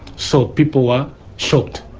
so people are shocked,